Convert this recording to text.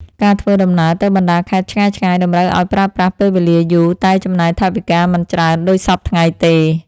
ការធ្វើដំណើរទៅបណ្តាខេត្តឆ្ងាយៗតម្រូវឱ្យប្រើប្រាស់ពេលវេលាយូរតែចំណាយថវិកាមិនច្រើនដូចសព្វថ្ងៃទេ។